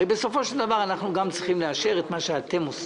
הרי בסופו של דבר אנחנו גם צריכים לאשר את מה שאתם עושים,